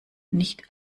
nicht